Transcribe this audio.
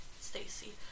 Stacy